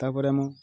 ତା'ପରେ ମୁଁ